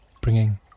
bringing